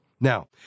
Now